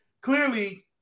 Clearly